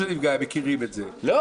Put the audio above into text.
אני רק צריכה להגיד את זה כאן.